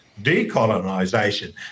decolonisation